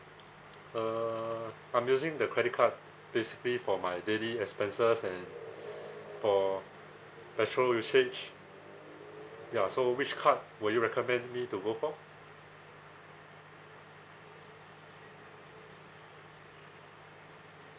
uh I'm using the credit card basically for my daily expenses and for petrol usage ya so which card will you recommend me to go for